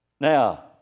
Now